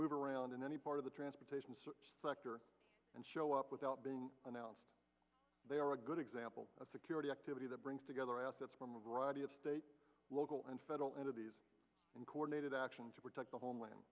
move around in any part of the transportation sector and show up without being announced they are a good example of security activity that brings together assets from a variety of state local and federal entities in coordinated action to protect the homeland